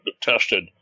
tested